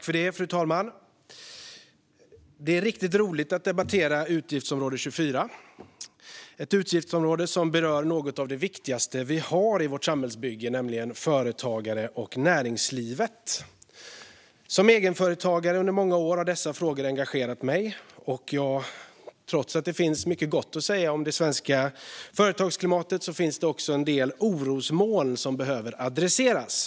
Fru talman! Det är riktigt roligt att debattera utgiftsområde 24. Det är ett utgiftsområde som berör något av det viktigaste vi har i vårt samhällsbygge, nämligen företagare och näringslivet. Som egenföretagare under många år har dessa frågor engagerat mig, och trots att det finns mycket gott att säga om det svenska företagsklimatet finns också en del orosmoln som behöver adresseras.